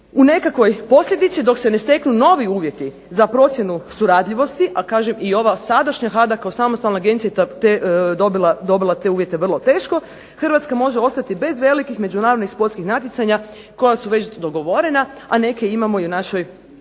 U nekakvoj posljedici, dok se ne steknu novi uvjeti za procjenu suradljivosti, a kažem i ova sadašnja HADA kao samostalna agencija dobila je te uvjete vrlo teško, Hrvatska može ostati bez velikih međunarodnih sportskih natjecanja koja su već dogovorena, a neke imamo i u našoj